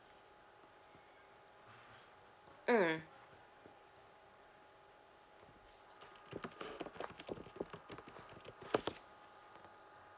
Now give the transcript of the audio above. mm